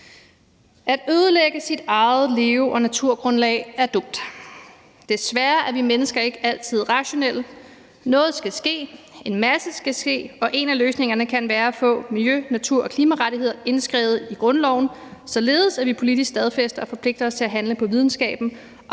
At ødelægge sit eget leve- og naturgrundlag er dumt. Desværre er vi mennesker ikke altid rationelle. Noget skal ske – en masse skal ske – og en af løsningerne kan være at få miljø-, natur- og klimarettigheder indskrevet i grundloven, således at vi politisk stadfæster og forpligter os til at handle på videnskaben